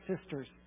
sisters